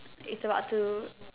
is about to